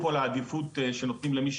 גם פה זה לא נכון.